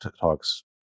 talks